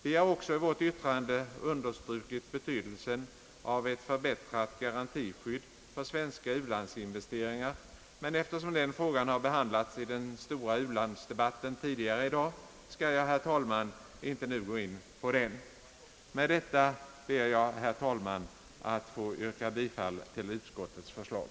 Vi har också i vårt yttrande understrukit betydelsen av ett förbättrat garantiskydd för svenska u-landsinvesteringar, men eftersom den frågan har behandlats i den stora u-landsdebatten tidigare i dag skall jag, herr talman, inte nu gå in på den. Med detta ber jag, herr talman, att få yrka bifall till utskottets förslag.